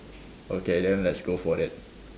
okay then let's go for that